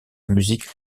musique